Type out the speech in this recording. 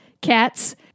cats